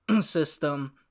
system